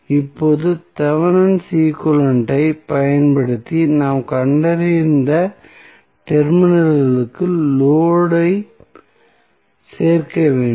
இப்போது Thevenin equivalent ஐப் பயன்படுத்தி நாம் கண்டறிந்த டெர்மினல்களுக்கு லோடு ஐச் சேர்க்க வேண்டும்